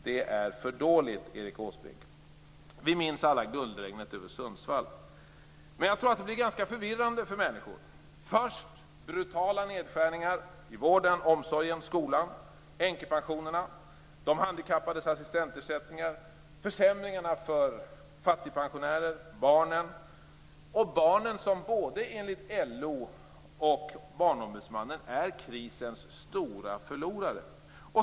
Det är för dåligt, Erik Åsbrink. Vi minns alla guldregnet över Sundsvall. Men jag tror att det blir ganska förvirrande för människor. Först genomförs det brutala nedskärningar i vården, omsorgen, skolan, änkepensionerna, de handikappades assistentersättningar och försämringar för fattigpensionärerna och barnen - barnen som enligt både LO och Barnombudsmannen är krisens stora förlorare.